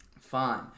fine